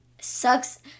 Sucks